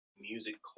music